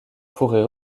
pourrait